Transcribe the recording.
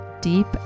deep